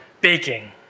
baking